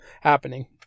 happening